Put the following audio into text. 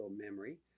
memory